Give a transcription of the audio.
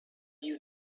you